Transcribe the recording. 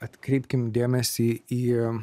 atkreipkim dėmesį į